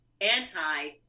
anti-